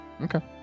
Okay